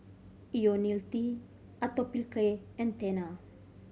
Ionil T Atopiclair and Tena